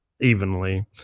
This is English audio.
evenly